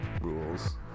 rules